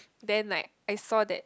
then like I saw that